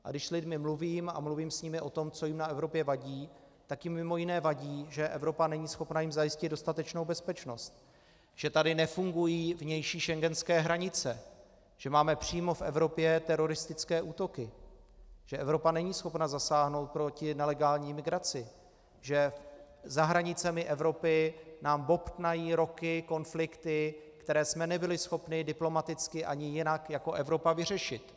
A když s lidmi mluvím a mluvím s nimi o tom, co jim na Evropě vadí, tak jim mimo jiné vadí, že Evropa není schopna jim zajistit dostatečnou bezpečnost, že tady nefungují vnější schengenské hranice, že máme přímo v Evropě teroristické útoky, že Evropa není schopna zasáhnout proti nelegální migraci, že za hranicemi Evropy nám roky bobtnají konflikty, které jsme nebyli schopni diplomaticky ani jinak jako Evropa vyřešit.